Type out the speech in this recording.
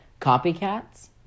copycats